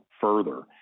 further